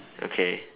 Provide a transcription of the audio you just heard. okay